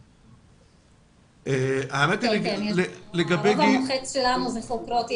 כן, הרוב המוחץ שלנו זה חוקרות ילדים,